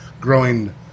growing